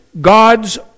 God's